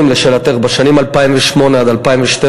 לשאלתך, בשנים 2008 2012